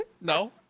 No